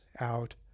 out